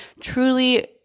truly